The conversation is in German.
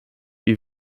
wie